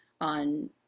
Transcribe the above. on